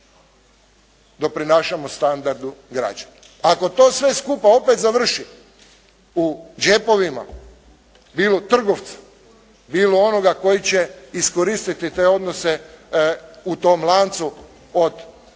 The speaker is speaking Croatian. doprinašamo standardu građana. Ako to sve skupa opet završi u džepovima bilo trgovca, bilo onoga koji će iskoristiti te odnose u tom lancu od polja